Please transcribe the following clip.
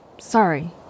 sorry